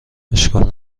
اشکال